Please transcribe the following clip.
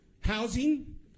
Housing